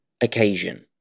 occasion